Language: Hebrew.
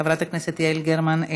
חברת הכנסת יעל גרמן,